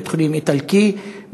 בית-חולים איטלקי,